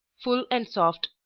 full and soft,